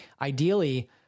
Ideally